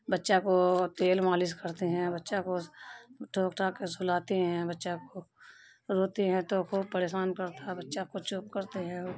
بچہ کو تیل مالش کرتے ہیں بچہ کو ٹھوک ٹھاک کے سلاتے ہیں بچہ کو روتے ہیں تو خوب پریشان کرتا ہے بچہ کو چپ کرتے ہیں